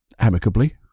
amicably